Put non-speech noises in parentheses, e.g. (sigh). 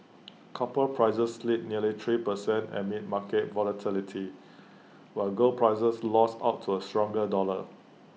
copper prices slid nearly three per cent amid market volatility (noise) while gold prices lost out to A stronger dollar